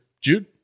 Jude